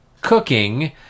cooking